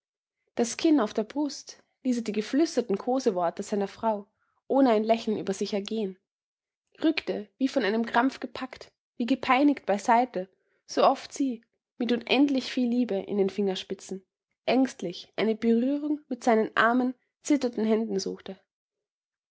das kinn auf der brust ließ er die geflüsterten koseworte seiner frau ohne ein lächeln über sich ergehen rückte wie von einem krampf gepackt wie gepeinigt bei seite so oft sie mit unendlich viel liebe in den fingerspitzen ängstlich eine berührung mit seinen armen zitternden händen suchte